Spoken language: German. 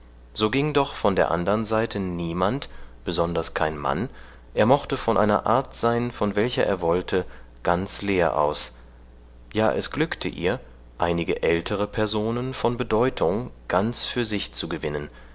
so ging doch von der andern seite niemand besonders kein mann er mochte von einer art sein von welcher er wollte ganz leer aus ja es glückte ihr einige ältere personen von bedeutung ganz für sich zu gewinnen